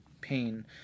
pain